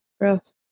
gross